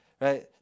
right